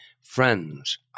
friends